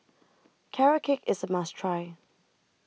Carrot Cake IS A must Try